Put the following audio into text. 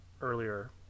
earlier